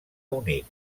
unit